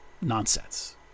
nonsense